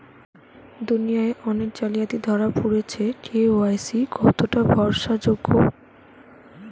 দুনিয়ায় অনেক জালিয়াতি ধরা পরেছে কে.ওয়াই.সি কতোটা ভরসা যোগ্য?